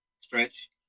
stretch